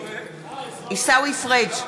עיסאווי פריג'